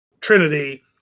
Trinity